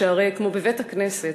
שהרי כמו בבית הכנסת,